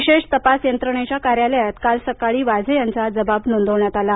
विशेष तपास यंत्रणेच्या कार्यालयात काल सकाळी वाझे यांचा जबाब नोंदवण्यात आला